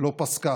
לא פסקה.